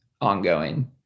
ongoing